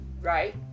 right